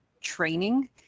training